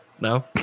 No